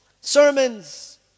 sermons